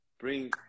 bring